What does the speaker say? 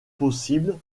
possible